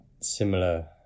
similar